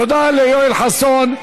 תודה ליואל חסון.